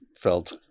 Felt